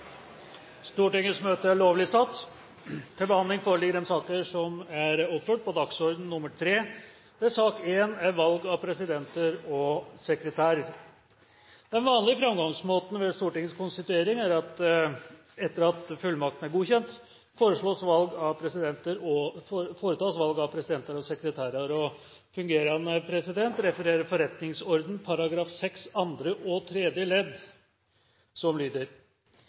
Stortingets konstituering er at etter at fullmaktene er godkjent, foretas valg av presidenter og sekretærer. Fungerende president refererer forretningsordenens § 6 andre og tredje ledd, som lyder: